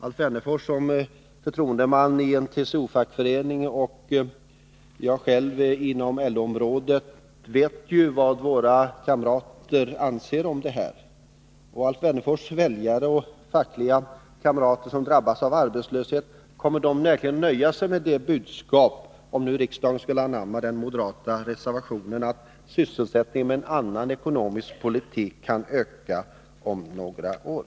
Alf Wennerfors som förtroendeman i en TCO-fackförening och jag själv inom LO-området vet ju vad våra kamrater anser om det här. Kommer Alf Wennerfors väljare och fackliga kamrater som drabbas av arbetslöshet verkligen att nöja sig med budskapet — om nu riksdagen skulle anamma den moderata reservationen — att med en annan ekonomisk politik kan sysselsättningen öka om några år?